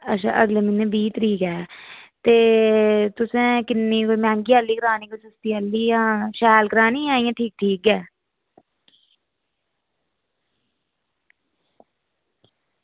अच्छा अगले म्हीनें बीह् तरीक ऐ ते तुसें किन्नी मैहंगी आह्ली करानी ते शैल करानी जां इंया ठीक ठीक गै